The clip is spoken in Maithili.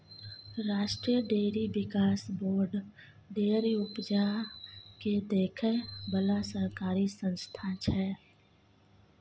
राष्ट्रीय डेयरी बिकास बोर्ड डेयरी उपजा केँ देखै बला सरकारी संस्था छै